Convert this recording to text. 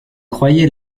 croyez